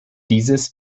dieses